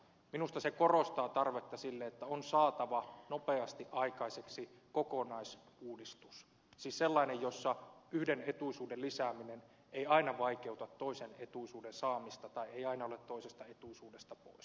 minusta se korostaa tarvetta sille että on saatava nopeasti aikaiseksi kokonaisuudistus siis sellainen jossa yhden etuisuuden lisääminen ei aina vaikeuta toisen etuisuuden saamista tai ei aina ole toisesta etuisuudesta pois